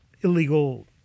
illegal